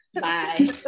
Bye